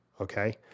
Okay